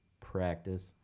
practice